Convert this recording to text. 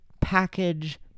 package